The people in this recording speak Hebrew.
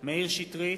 מאיר שטרית,